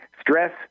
stress